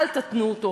אל תתנו אותו,